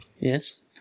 Yes